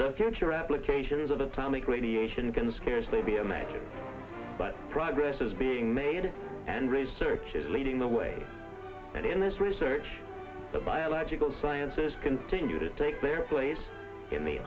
the future applications of atomic radiation can scarcely be a match but progress is being made and research is leading the way and in this research the biological sciences continue to take their place in the